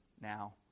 Now